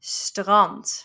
strand